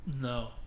No